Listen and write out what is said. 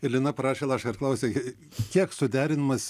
ir lina parašė laišką ir klausia kiek suderinamas